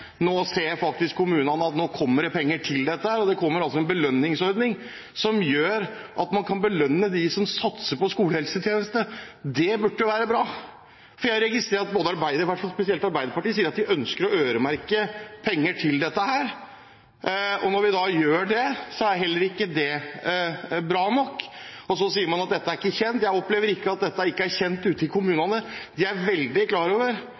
Nå ser faktisk kommunene at det kommer penger til dette, og det kommer en belønningsordning, som gjør at man kan belønne dem som satser på skolehelsetjeneste. Det burde være bra. Jeg registrerer at spesielt Arbeiderpartiet sier at de ønsker å øremerke penger til dette. Når vi da gjør det, er heller ikke det bra nok. Så sier man at dette ikke er kjent. Jeg opplever ikke at dette ikke er kjent ute i kommunene. De er veldig klar over